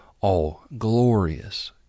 all-glorious